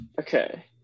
Okay